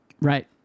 Right